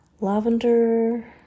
lavender